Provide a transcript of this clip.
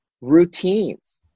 routines